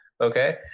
Okay